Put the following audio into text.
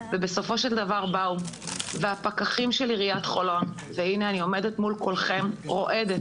בסופו של דבר באו הפקחים של עיריית חולון והנה אני עומדת מול כולכם רועדת